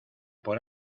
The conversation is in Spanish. por